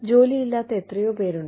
ജോലിയില്ലാത്ത എത്രയോ പേരുണ്ട്